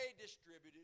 distributed